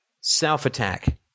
self-attack